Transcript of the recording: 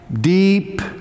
deep